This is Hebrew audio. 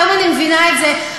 היום אני מבינה את זה,